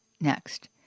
next